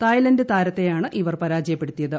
Thailand താരത്തെയാണ് ഇവർ പരാജയപ്പെടുത്തിയത്